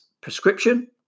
prescription